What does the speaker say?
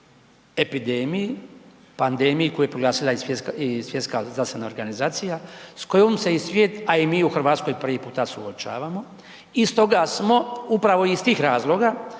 epidemiji, pandemiji koji je proglasila i Svjetska zdravstvena organizacija s kojom se i svijet, a i mi u RH prvi puta suočavamo i stoga smo upravo iz tih razloga